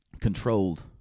controlled